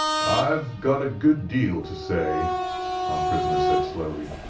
i've got a good deal to say, our prisoner said slowly.